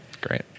Great